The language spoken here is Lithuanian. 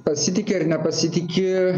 pasitiki ar nepasitiki